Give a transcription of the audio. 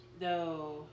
No